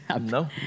No